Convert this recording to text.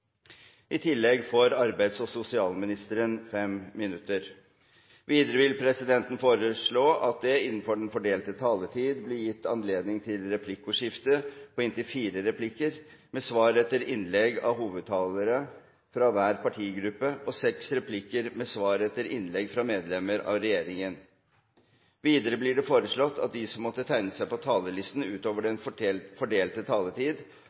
I tillegg får arbeids- og sosialministeren 5 minutter. Videre vil presidenten foreslå at det gis anledning til replikkordskifte på inntil fire replikker med svar etter innlegg fra hovedtalerne fra hver partigruppe og inntil seks replikker med svar etter innlegg fra medlem av regjeringen innenfor den fordelte taletid. Videre blir det foreslått at de som måtte tegne seg på talerlisten utover den fordelte taletid,